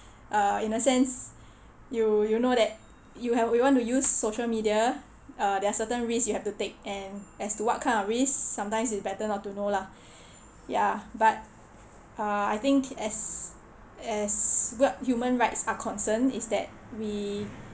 uh in a sense you you know that you have you want to use social media uh there are certain risk you have to take and as to what kind of risk sometimes it's better not to know lah ya but uh I think as as what human rights are concerned is that we